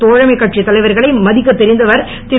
தோழமைக் கட்சி தலைவர்களை மதிக்க தெரிந்தவர் திரு